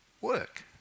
work